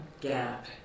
gap